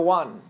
one